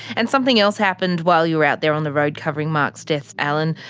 and something else happened while you were out there on the road covering mark's death allan.